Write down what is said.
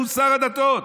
והוא שר הדתות.